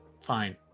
fine